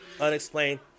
unexplained